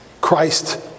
Christ